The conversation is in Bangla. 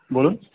বলুন